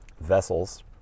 vessels